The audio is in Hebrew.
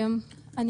תודה.